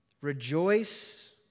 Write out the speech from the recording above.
rejoice